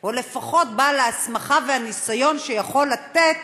או לפחות בעל הסמכה וניסיון, שיוכל לתת